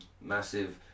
massive